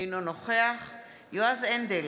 אינו נוכח יועז הנדל,